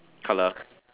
colour